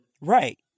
Right